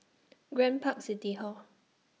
Grand Park City Hall